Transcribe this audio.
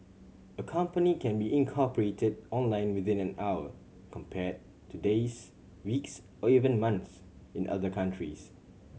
a company can be incorporated online within an hour compared to days weeks or even months in other countries